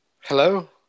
hello